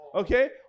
Okay